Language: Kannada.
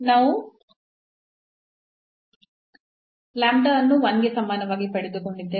ನಾವು ಅನ್ನು 1 ಗೆ ಸಮಾನವಾಗಿ ಪಡೆದುಕೊಂಡಿದ್ದೇವೆ